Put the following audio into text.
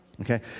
Okay